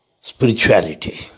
spirituality